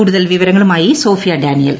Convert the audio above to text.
കൂടുതൽ വിവരങ്ങളുമാട്ട്യി സോഫിയ ഡാനിയേൽ